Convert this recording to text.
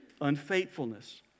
unfaithfulness